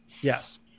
Yes